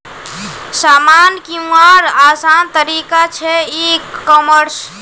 सामान किंवार आसान तरिका छे ई कॉमर्स